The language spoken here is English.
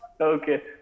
okay